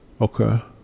okay